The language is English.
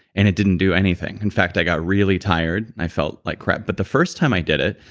and it didn't do anything in fact i got really tired and i felt like crap. but the first time i did it,